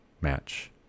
match